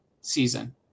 season